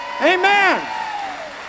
Amen